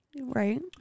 Right